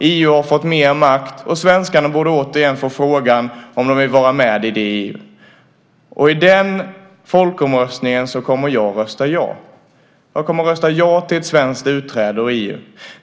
EU har fått mer makt. Svenskarna borde återigen få frågan om de vill vara med i detta EU. I den folkomröstningen kommer jag att rösta ja. Jag kommer att rösta ja till ett svenskt utträde ur EU.